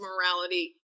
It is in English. morality